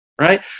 Right